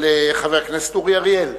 של חבר הכנסת אורי אריאל,